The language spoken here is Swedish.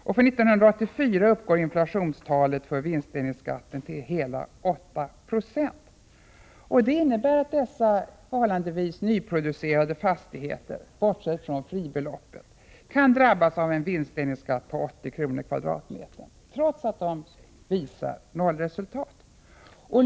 För 1984 uppgår inflationstalet för vinstdelningsskatten till hela 8 26. Det innebär att dessa förhållandevis nyproducerade fastigheter bortsett från fribeloppet kan drabbas av en vinstdelningsskatt på 80 kr. per kvadratmeter trots att de visar nollresultat.